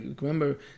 Remember